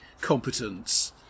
competence